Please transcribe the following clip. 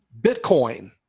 Bitcoin